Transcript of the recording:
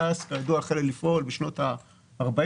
תע"ש, כידוע, החלה לפעול בשנות הארבעים.